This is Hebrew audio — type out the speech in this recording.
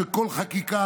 בכל חקיקה,